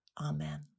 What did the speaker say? Amen